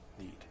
need